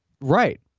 Right